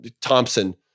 Thompson